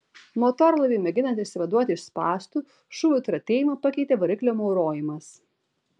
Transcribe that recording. motorlaiviui mėginant išsivaduoti iš spąstų šūvių tratėjimą pakeitė variklio maurojimas